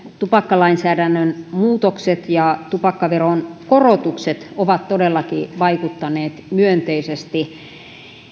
tupakkalainsäädännön muutokset ja tupakkaveron korotukset ovat todellakin vaikuttaneet myönteisesti